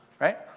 right